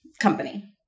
company